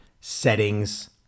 settings